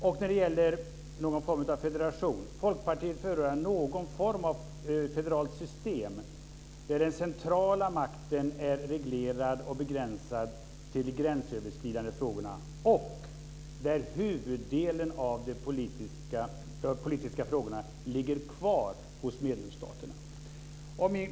Och när det gäller någon form av federation säger vi följande: Folkpartiet förordar någon form av federalt system där den centrala makten är reglerad och begränsad till de gränsöverskridande frågorna och där huvuddelen av de politiska frågorna ligger kvar hos medlemsstaterna.